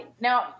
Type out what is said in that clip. Now